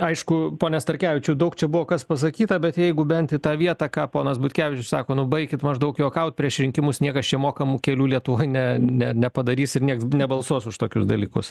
aišku pone starkevičiau daug čia buvo kas pasakyta bet jeigu bent į tą vietą ką ponas butkevičius sako nu baikit maždaug juokaut prieš rinkimus niekas čia mokamų kelių lietuvoj ne ne nepadarys ir nieks nebalsuos už tokius dalykus